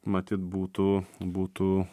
matyt būtų būtų